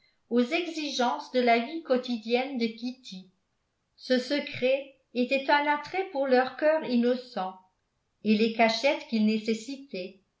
aux exigences de la vie quotidienne de kitty ce secret était un attrait pour leurs cœurs innocents et les cachettes qu'il nécessitait